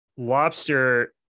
lobster